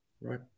Right